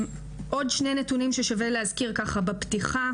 עוד שני נתונים ששווה להזכיר בפתיחה.